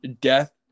death